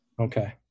Okay